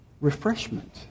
refreshment